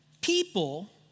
people